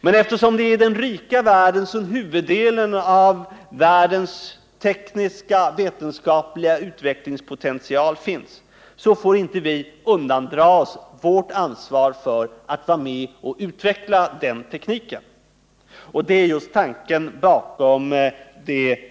Men eftersom det är i den rika världen som huvuddelen av världens teknisk-vetenskapliga utvecklingspotential finns får vi inte undandra oss vårt ansvar för att utveckla tekniken. Och det är just tanken bakom det förslag på ett